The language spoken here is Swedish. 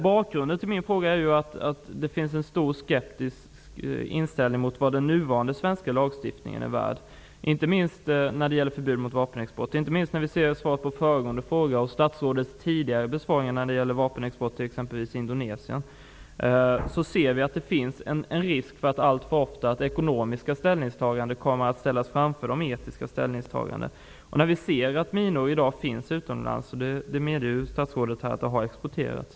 Bakgrunden till min fråga är det faktum att det finns en stor skepsis mot vad den nuvarande svenska lagstiftningen är värd när det gäller förbud mot vapenexport. Vi ser av svaret på föregående fråga och statsrådets tidigare svar på frågor om vapenexport till exempelvis Indonesien att det finns en risk att ekonomiska ställningstaganden alltför ofta ställs framför de etiska ställningstagandena. Vi vet att svenska minor i dag finns utomlands. Statsrådet medger ju här att minor har exporterats.